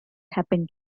happened